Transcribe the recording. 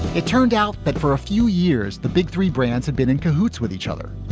it turned out that for a few years, the big three brands had been in cahoots with each other.